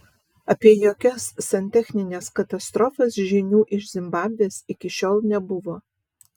apie jokias santechnines katastrofas žinių iš zimbabvės iki šiol nebuvo